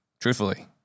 truthfully